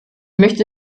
möchte